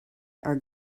are